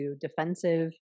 defensive